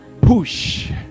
Push